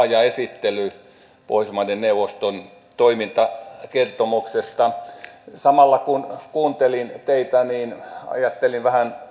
ja laaja esittely pohjoismaiden neuvoston toimintakertomuksesta samalla kun kuuntelin teitä niin ajattelin